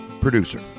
producer